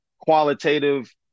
qualitative